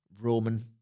Roman